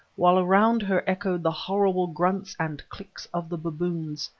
while around her echoed the horrible grunts and clicks of the baboons.